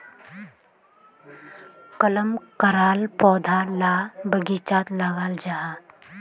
कलम कराल पौधा ला बगिचात लगाल जाहा